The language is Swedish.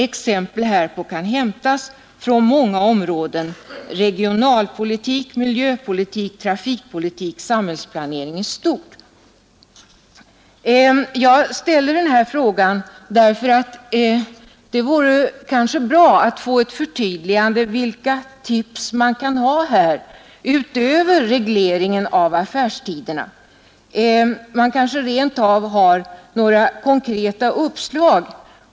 Exempel härpå kan hämtas från många områden — regionalpolitik, miljöpolitik, trafikpolitik, samhällsplanering i stort.” Jag ställer frågan därför att det vore bra att få ett förtydligande av vilka tips man kan ha utöver reglering av affärstiderna. Man kanske rent av har konkreta uppslag.